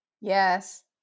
yes